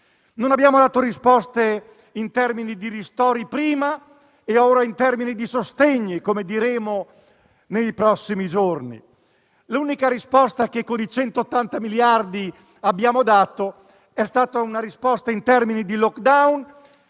Non abbiamo dato risposte in termini di ristori prima e di sostegni ora, come diremo nei prossimi giorni. L'unica risposta che con i 180 miliardi abbiamo dato è stata in termini di *lockdown*,